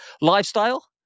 lifestyle